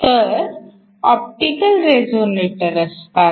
तर optical resonator असतात